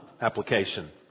application